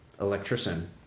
electrician